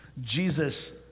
Jesus